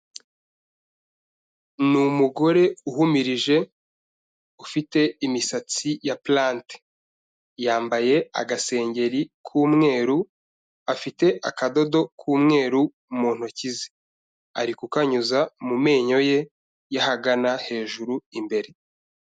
n'umugore uhumirije ufite imisatsi ya plante yambaye agasengeri k'umweru afite akadodo k'umweru mu ntoki ze ari kukanyuza mu menyo ye y'ahagana hejuru imbere.